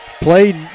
Played